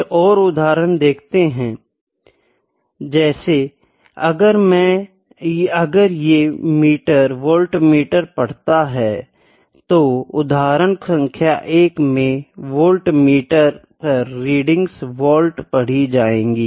कुछ और उदाहरण देखते है जैसे अगर ये मीटर वाल्टमीटर पढ़ता है तो उदाहरण सांख्य 1 में वाल्टमीटर पर रीडिंग वाल्ट पढ़ी जाएगी